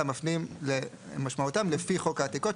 אלא מפנים למשמעותם לפי חוק העתיקות,